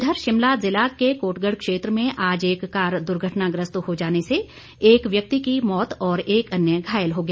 इधर शिमला जिला का कोटगढ़ क्षेत्र में आज एक कार दुर्घटनाग्रस्त हो जाने से एक व्यक्ति की मौत और एक अन्य घायल हो गया